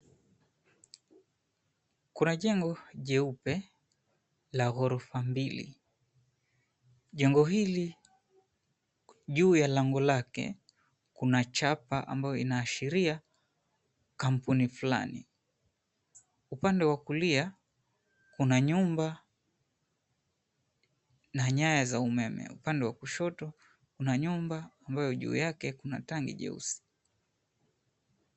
Kuna jengo jeupe la ghorofa mbili. Jengo hili, juu ya lango lake, kuna chapa ambayo inaashiria kampuni fulani. Upande wa kulia, kuna nyumba na nyaya za umeme. Upande wa kushoto, kuna nyumba ambayo juu yake kuna tangi jeusi.